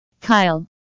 kyle